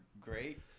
great